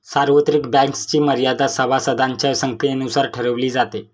सार्वत्रिक बँक्सची मर्यादा सभासदांच्या संख्येनुसार ठरवली जाते